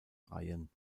reihen